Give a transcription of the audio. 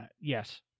Yes